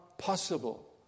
possible